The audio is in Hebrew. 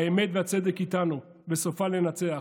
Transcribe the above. האמת והצדק איתנו, וסופם לנצח.